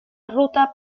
ruta